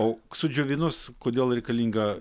o sudžiovinus kodėl reikalinga